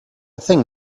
thing